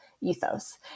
ethos